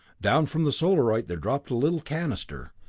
down from the solarite there dropped a little canister,